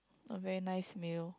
a very nice meal